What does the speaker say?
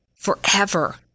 forever